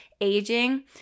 aging